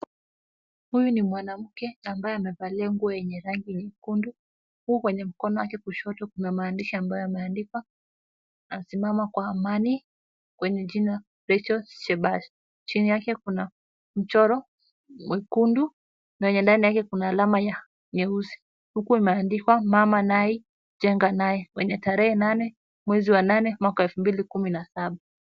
Huyu ni mwanamke ambaye amevalia nguo yenye rangi nyekundu huku kwenye mkono wake wa kushoto kuna maandishi ambayo yameandikwa anasimama kwa amani kwenye jina Rachel Shebesh. Chini yake kuna mchoro mwekundu na yenye ndani yake kuna alama ya nyeusi huku imeandikwa Mama Nai Jenga Naye kwenye tarehe nane mwezi wa nane mwaka wa elfu mbili kumi na saba.